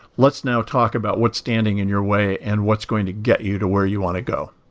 let's now talk about what's standing in your way and what's going to get you to where you want to go.